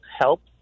help